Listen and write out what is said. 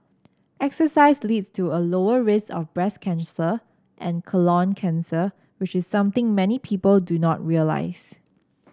exercise leads to a lower risk of breast cancer and colon cancer which is something many people do not realise